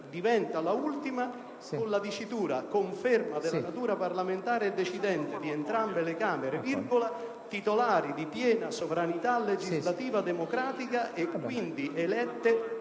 delle realtà popolari; *b)* conferma della natura parlamentare e decidente di entrambe le Camere, titolari di piena sovranità legislativa democratica e quindi elette